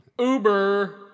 Uber